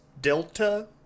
Delta